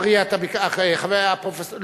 אריה, אתה ביקשת, לא ביקש.